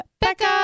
Becca